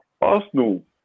Arsenal